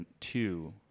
two